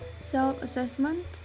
Self-assessment